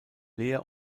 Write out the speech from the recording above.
lehr